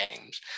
games